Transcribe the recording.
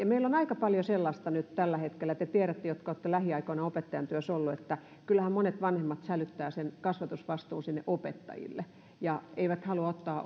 meillä on aika paljon sellaista nyt tällä hetkellä te tiedätte jotka olette lähiaikoina opettajantyössä olleet että monet vanhemmat sälyttävät sen kasvatusvastuun sinne opettajille eivätkä halua ottaa